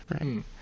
right